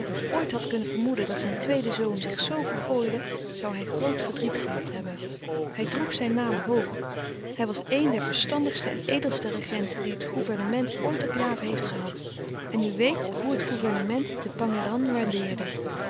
ooit had kunnen vermoeden dat zijn louis couperus de stille kracht tweede zoon zich zoo vergooide zoû hij groot verdriet gehad hebben hij droeg zijn naam hoog hij was een der verstandigste en edelste regenten die het gouvernement ooit op java heeft gehad en u weet hoe het gouvernement den